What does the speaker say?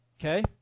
okay